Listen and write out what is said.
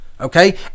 Okay